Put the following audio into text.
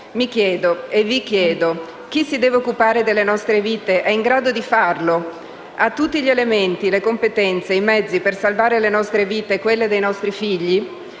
Mi chiedo e vi chiedo: chi si deve occupare delle nostre vite è in grado di farlo? Ha tutti gli elementi, le competenze e i mezzi per salvare le nostre vite e quelle dei nostri figli?